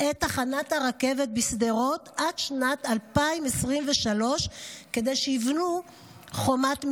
את תחנת הרכבת בשדרות עד שנת 2023 כדי שיבנו חומת מיגון.